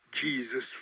Jesus